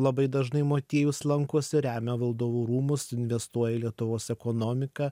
labai dažnai motiejus lankosi remia valdovų rūmus investuoja į lietuvos ekonomiką